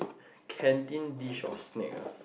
canteen dish or snack ah